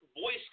voice